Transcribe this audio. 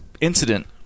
Incident